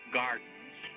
gardens